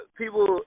people